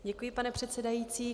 Děkuji, pane předsedající.